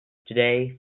today